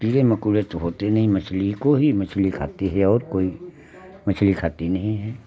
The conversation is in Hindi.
कीड़े मकौड़े तो होते नहीं मछली को ही मछली खाती है और कोई मछली खाती नहीं है